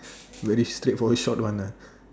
very straightforward short one ah